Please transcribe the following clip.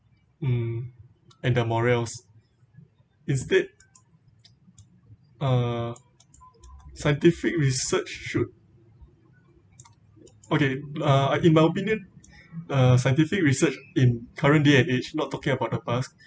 mm and the morales instead uh scientific research should okay uh in my opinion uh scientific research in currently at age not talking about the past